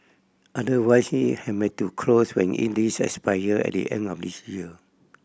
otherwise it have may to close when in lease expire at the end of this year